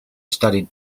studied